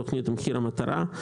תוכנית מחיר המטרה.